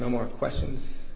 no more questions